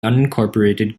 unincorporated